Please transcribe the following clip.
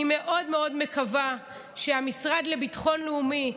אני מאוד מאוד מקווה שהמשרד לביטחון לאומי יבין,